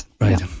Right